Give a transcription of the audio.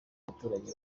abaturage